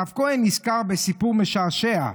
הרב כהן נזכר בסיפור משעשע,